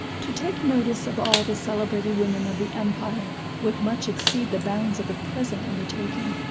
to take notice of all the celebrated women of the empire, would much exceed the bounds of the present undertaking.